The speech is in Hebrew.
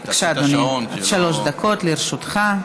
בבקשה, אדוני, עד שלוש דקות לרשותך.